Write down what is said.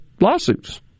lawsuits